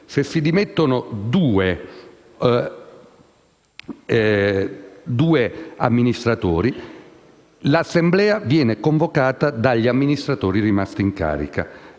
se si dimettono due consiglieri, l'assemblea viene convocata dagli amministratori rimasti in carica